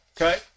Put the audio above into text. Okay